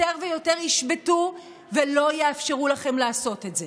יותר ויותר ישבתו ולא יאפשרו לכם לעשות את זה.